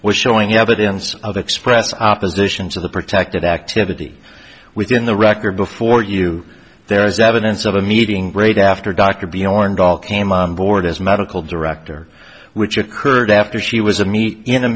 was showing evidence of express opposition to the protected activity within the record before you there is evidence of a meeting great after dr beyond all came on board as medical director which occurred after she was a meet in a